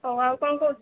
ହଉ ଆଉ କଣ କହୁଛୁ